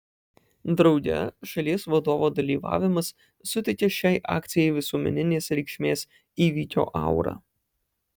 drauge šalies vadovo dalyvavimas suteikia šiai akcijai visuomeninės reikšmės įvykio aurą